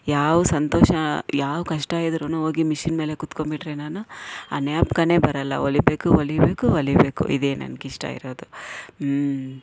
ಯಾವ ಸಂತೋಷ ಯಾವ ಕಷ್ಟ ಇದ್ರೂ ಹೋಗಿ ಮಿಷಿನ್ ಮೇಲೆ ಕುತ್ಕೊಂಬಿಟ್ರೆ ನಾನು ಆ ಜ್ಞಾಪ್ಕವೇ ಬರೋಲ್ಲ ಹೊಲಿಬೇಕು ಹೊಲಿಬೇಕು ಹೊಲಿಬೇಕು ಇದೇ ನನ್ಗೆ ಇಷ್ಟ ಇರೋದು ಹ್ಞೂ